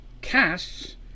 casts